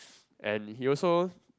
and he also